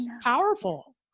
Powerful